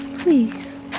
Please